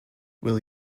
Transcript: will